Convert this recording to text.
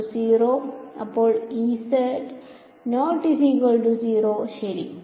അപ്പോൾ ശരി